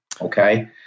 okay